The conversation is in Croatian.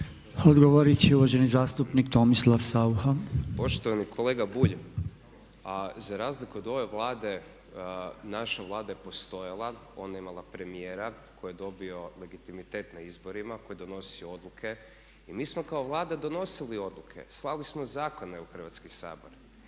Tomislav Saucha. **Saucha, Tomislav (SDP)** Poštovani kolega Bulj! A za razliku od ove Vlade naša Vlada je postojala, ona je imala premijera koji je dobio legitimitet na izborima, koji je donosio odluke i mi smo kao Vlada donosili odluke, slali smo zakone u Hrvatski sabor